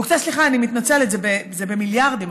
הוקצה, סליחה, אני מתנצלת, זה במיליארדים.